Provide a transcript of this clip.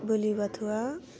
बोलि बाथौवा